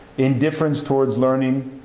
indifference towards learning,